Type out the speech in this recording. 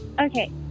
Okay